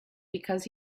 because